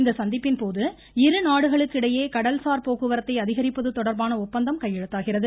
இந்த சந்திப்பின் போது இருநாடுகளுக்கு இடையே கடல்சார் போக்குவரத்தை அதிகரிப்பது தொடர்பான ஒப்பந்தம் கையெழுத்தாகிறது